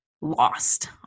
lost